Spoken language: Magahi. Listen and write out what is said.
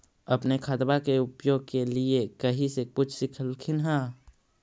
अपने खादबा के उपयोग के लीये कही से कुछ सिखलखिन हाँ?